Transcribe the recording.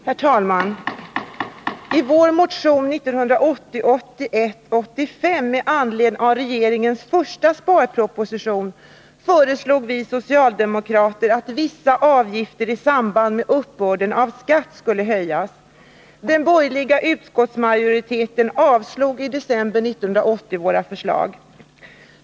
Herr talman! I vår motion 1980/81:85 med anledning av regeringens första sparproposition föreslog vi socialdemokrater att vissa avgifter i samband med uppbörden av skatt skulle höjas. Den borgerliga utskottsmajoriteten avslog i december 1980 våra förslag.